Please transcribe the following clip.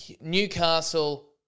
Newcastle